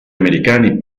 americani